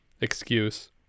excuse